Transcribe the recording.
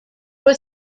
were